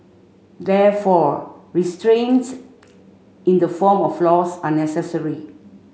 therefore restraints in the form of laws are necessary